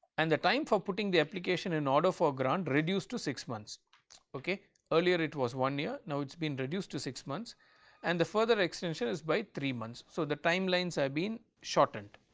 and the time for putting the application in order for grant reduced to six months earlier it was one year. now it's been reduced to six months and the further extension is by three months. so, the timelines have been shortened